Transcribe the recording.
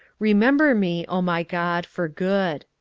remember me, o my god, for good.